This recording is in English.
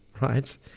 right